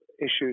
issues